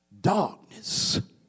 Darkness